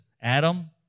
Adam